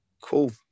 cool